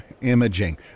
Imaging